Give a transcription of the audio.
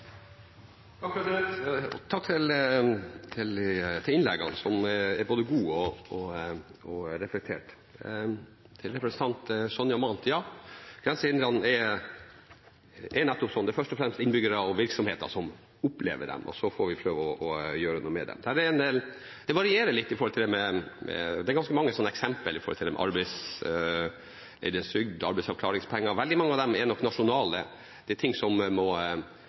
både gode og reflekterte. Til representanten Sonja Mandt: Ja, grensehindrene er nettopp slik, det er først og fremst innbyggerne og virksomheter som opplever dem, og så får vi prøve å gjøre noe med det. Det varierer litt. Det er ganske mange eksempler når det gjelder arbeidsledighetstrygd, arbeidsavklaringspenger, og veldig mye er nasjonale ting som må avklares i det landet, viser det seg. Men det kartlegges og jobbes ganske bra med det. Et stort spørsmål er